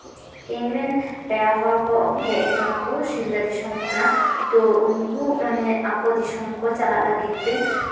ᱤᱧ ᱨᱮᱱ ᱯᱮᱲᱟ ᱦᱚᱲ ᱠᱚ ᱦᱮᱡ ᱠᱟᱱᱟ ᱠᱚ ᱥᱤᱞᱫᱟᱹ ᱫᱤᱥᱚᱢ ᱠᱷᱚᱱᱟᱜ ᱛᱳ ᱩᱱᱠᱩ ᱢᱟᱱᱮ ᱟᱠᱚ ᱫᱤᱥᱚᱢ ᱠᱚ ᱪᱟᱞᱟᱜ ᱞᱟᱹᱜᱤᱫ ᱛᱮ